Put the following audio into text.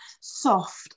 soft